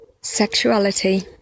sexuality